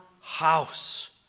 house